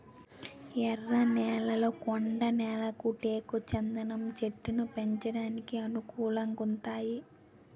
ఎర్ర నేళ్లు కొండ నేళ్లు టేకు చందనం చెట్లను పెంచడానికి అనువుగుంతాయి